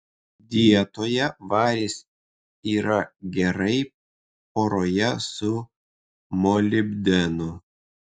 dietoje varis yra gerai poroje su molibdenu